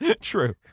True